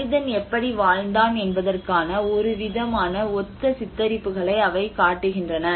மனிதன் எப்படி வாழ்ந்தான் என்பதற்கான ஒருவிதமான ஒத்த சித்தரிப்புகளை அவை காட்டுகின்றன